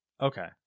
okay